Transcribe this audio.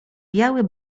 biały